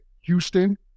Houston